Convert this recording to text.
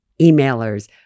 emailers